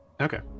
Okay